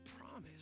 promise